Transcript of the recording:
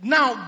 Now